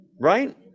Right